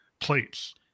plates